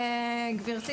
גבירתי,